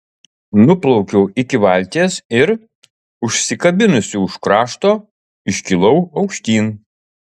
nuplaukiau iki valties ir užsikabinusi už krašto iškilau aukštyn